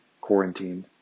quarantined